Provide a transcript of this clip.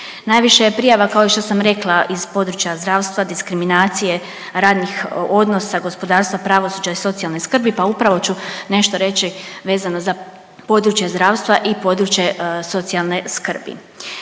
Najviše je prijava kao i što sam rekla iz područja zdravstva, diskriminacije, radnih odnosa, gospodarstva, pravosuđa i socijalne skrbi pa upravo ću nešto reći vezano za područje zdravstva i područje socijalne skrbi.